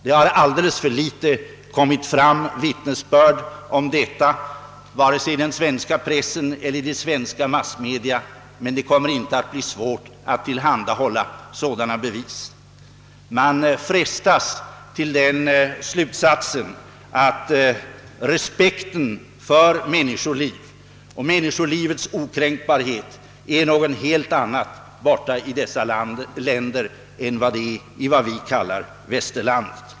Det har framförts alldeles för få vittnesbörd om detta i den svenska pressen och i de svenska massmedia. Men det kommer inte att bli svårt att tillhandahålla sådana bevis. Man frestas till den slutsatsen att respekten för människoliv och människolivets okränkbarhet är en helt annan i dessa länder än i det som vi kallar västerlandet.